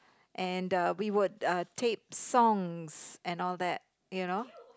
and uh we would uh tape songs and all that you know